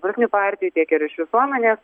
politinių partijų tiek ir iš visuomenės